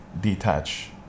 detach